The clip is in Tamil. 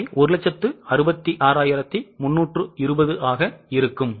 அவை166320 ஆக இருக்கும்